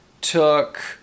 took